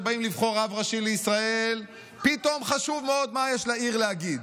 כשבאים לבחור רב ראשי לישראל פתאום חשוב מאוד מה יש לעיר להגיד,